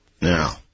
Now